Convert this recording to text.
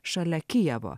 šalia kijevo